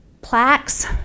plaques